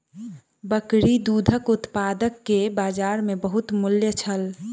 बकरी दूधक उत्पाद के बजार में बहुत मूल्य छल